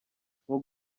nko